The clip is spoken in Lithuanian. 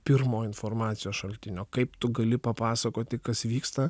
pirmo informacijos šaltinio kaip tu gali papasakoti kas vyksta